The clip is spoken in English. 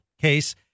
case